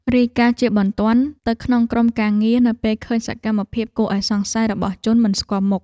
រាយការណ៍ជាបន្ទាន់ទៅក្នុងក្រុមការងារនៅពេលឃើញសកម្មភាពគួរឱ្យសង្ស័យរបស់ជនមិនស្គាល់មុខ។